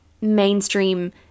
mainstream